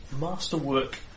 masterwork